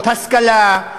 השכלה,